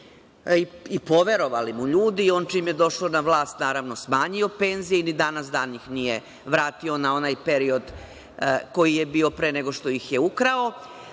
i poverovali mu ljudi, a on čim je došao na vlast smanjio penzije i ni danas dani ih nije vratio na onaj period koji je bio pre nego što ih je ukrao,